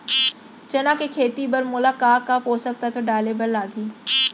चना के खेती बर मोला का का पोसक तत्व डाले बर लागही?